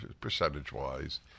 percentage-wise